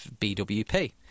BWP